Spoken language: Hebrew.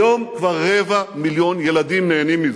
היום כבר רבע מיליון ילדים נהנים מזה.